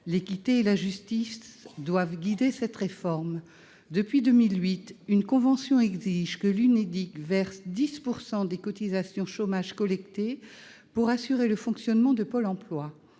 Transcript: l'équité et la justice. Depuis 2008, une convention exige que l'Unédic verse 10 % des cotisations chômage collectées pour assurer le fonctionnement de Pôle emploi.